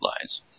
lines